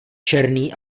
černý